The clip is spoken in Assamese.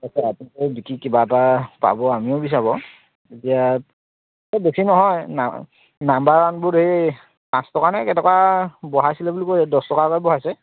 তাকে আপোনালোকেও বিকি কিবা এটা পাব আমিও বিচাৰোঁ বাৰু এতিয়া এই বেছি নহয় নাম নাম্বাৰ ওৱানবোৰত এই পাঁচ টকা নে কেইটকা বঢ়াইছিলে বুলি কয় দহ টকাকৈ বঢ়াইছে